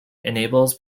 enables